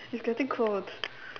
it's getting cold